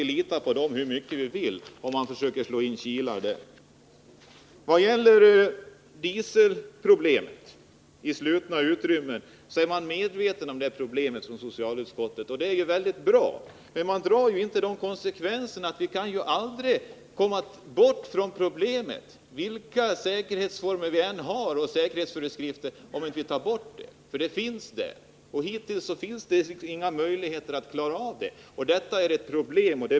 Socialutskottet är medvetet om problemet med användandet av dieseldrivna fordon i slutna utrymmen. Det är bra. Men utskottet drar inte konsekvenserna därav. Vilka säkerhetsanordningar vi än föreskriver kan vi aldrig komma ifrån problemet, om vi inte helt förbjuder användningen.